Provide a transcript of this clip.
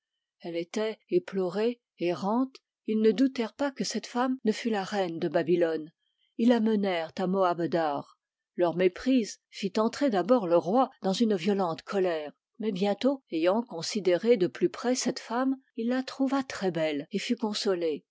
elle était éplorée errante ils ne doutèrent pas que cette femme ne fût la reine de babylone ils la menèrent à moabdar leur méprise fit entrer d'abord le roi dans une violente colère mais bientôt ayant considéré de plus près cette femme il la trouva très belle et fut consolé